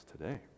today